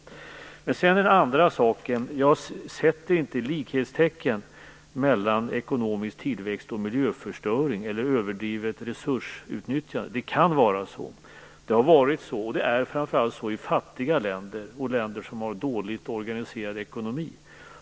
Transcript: Det andra frågeställningen som jag vill ta upp är att jag inte sätter likhetstecken mellan ekonomisk tillväxt och miljöförstöring eller överdrivet resursutnyttjande. Det kan vara så, och det har varit så, och det är framför allt så i fattiga länder och i länder som har en dåligt organiserad ekonomi.